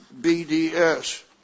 BDS